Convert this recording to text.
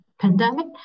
pandemic